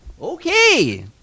Okay